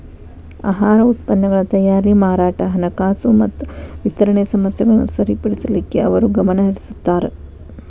ಆಹಾರ ಉತ್ಪನ್ನಗಳ ತಯಾರಿ ಮಾರಾಟ ಹಣಕಾಸು ಮತ್ತ ವಿತರಣೆ ಸಮಸ್ಯೆಗಳನ್ನ ಸರಿಪಡಿಸಲಿಕ್ಕೆ ಅವರು ಗಮನಹರಿಸುತ್ತಾರ